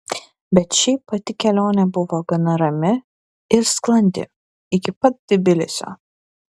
bet šiaip pati kelionė buvo gana rami ir sklandi iki pat tbilisio